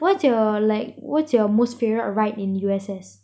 what's your like what's your most favourite ride in U_S_S